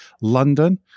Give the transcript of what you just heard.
london